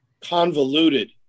convoluted